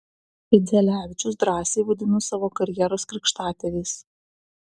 idzelevičius drąsiai vadinu savo karjeros krikštatėviais